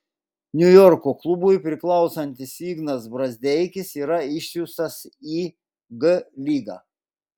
niujorko klubui priklausantis ignas brazdeikis yra išsiųstas į g lygą